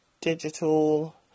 digital